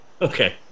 okay